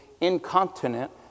incontinent